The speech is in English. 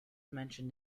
mentioned